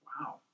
Wow